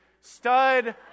Stud